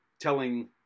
telling